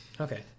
Okay